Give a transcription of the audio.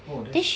orh that's